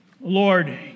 Lord